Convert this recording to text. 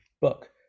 book